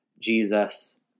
Jesus